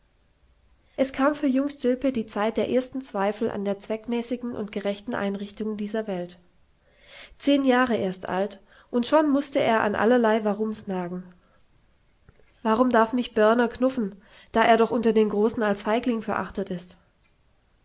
es kam für jung stilpe die zeit der ersten zweifel an der zweckmäßigen und gerechten einrichtung dieser welt zehn jahre erst alt und schon mußte er an allerlei warums nagen warum darf mich börner knuffen da er doch unter den großen als feigling verachtet ist